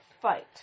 fight